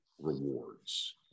rewards